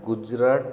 Gujarat